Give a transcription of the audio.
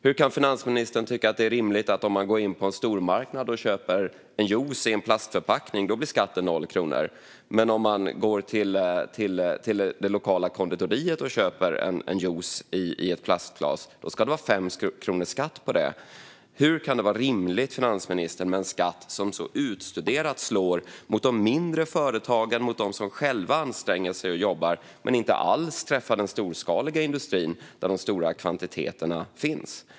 Hur kan finansministern tycka att det är rimligt att den som går in på en stormarknad och köper en juice i plastförpackning betalar 0 kronor i skatt medan den som går till det lokala konditoriet och köper en juice i plastglas får betala 5 kronor i skatt? Hur kan det vara rimligt med en skatt som så utstuderat slår mot de mindre företagen - mot dem som själva anstränger sig och jobbar - men inte alls träffar den storskaliga industrin, där de stora kvantiteterna finns?